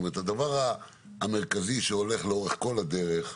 הדבר המרכזי, שהולך לאורך כל הדרך,